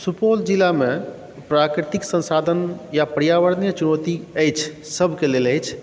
सुपौल जिलामे प्राकृतिक संसाधन या पर्यावरणीय चुनौती अछि सबके लेल अछि